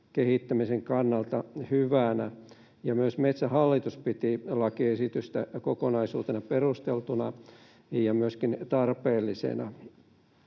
kehittämisen kannalta. Myös Metsähallitus piti lakiesitystä kokonaisuutena perusteltuna ja myöskin tarpeellisena.